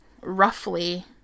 roughly